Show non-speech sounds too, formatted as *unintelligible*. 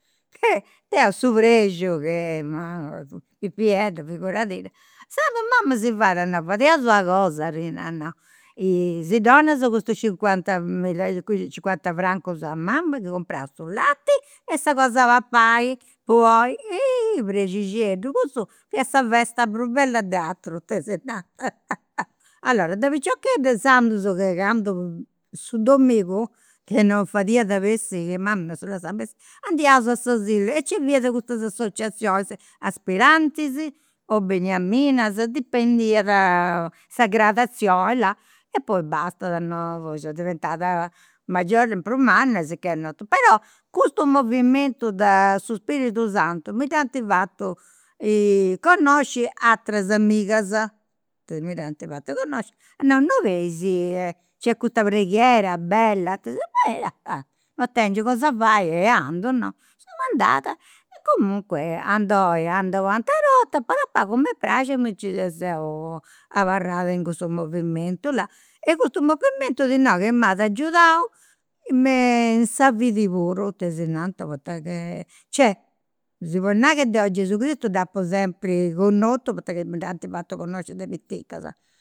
*laughs* Deu su prexiu, che mama, pipiedda figuradidda, insaras mama si fait, fadeus una cosa Rina, at nau, si donas custus cincuanta milla *hesitation* cincuanta francus amam, comporaus su lati e sa cos'e papai po oi. Prexixeddu, cussu fiat sa festa prus bella d'aturu *laughs* tesinanta. Allora, de piciochedda, inzandus, che candu su dominigu, che non fadiat a bessì, mama non si lassat bessiri, andiaus a s'asilu e nci fiat custa associazionis, aspirantis, beniaminas, dipendiat sa gradazioni, là. E poi bastada, *hesitation* diventat maggio prus manna, sicchè, no. Però custu movimentu de su spiritu santu mi dd'ant fatu connosci ateras amigas, mi *unintelligible* fatu connosci, at nau, non benis nc'est custa preghiera bella, tesinanta. Eh là, non tengiu cos'e fai e andu, no. E seu andada, e comunque andu oi, andu u' atera 'orta, a pagu a pagu m'est praxiu e mi nci seu abarrada in cussu movimentu, là. E custu movimetu ti nau ca m'at agiudau me in sa vida puru, tesinanta. Poita che, *hesitation* si podit nai ca deu a gesù cristu dd'apu sempri connotu, poita ca mi dd'ant fatu connosci de piticas